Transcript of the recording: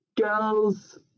girls